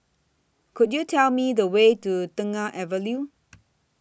Could YOU Tell Me The Way to Tengah Avenue